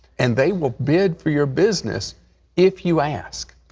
and they will bid for your business if you ask.